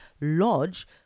lodge